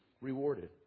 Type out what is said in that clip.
rewarded